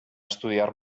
estudiar